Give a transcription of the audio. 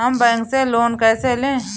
हम बैंक से लोन कैसे लें?